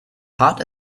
hard